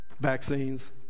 vaccines